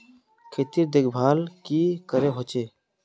खेतीर देखभल की करे होचे?